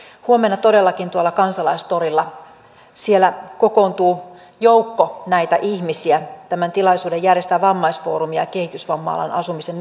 huomenna todellakin tuolla kansalaistorilla kokoontuu joukko näitä ihmisiä tämän tilaisuuden järjestävät vammaisfoorumi ja ja kehitysvamma alan asumisen